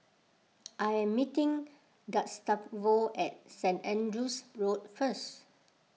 I am meeting Gustavo at Saint Andrew's Road first